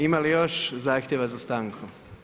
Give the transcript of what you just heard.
Ima li još zahtjeva za stanku?